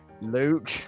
Luke